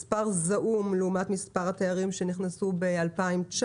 מספר זעום לעומת מספר התיירים שנכנסו ב-2019,